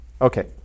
Okay